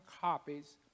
copies